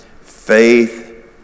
Faith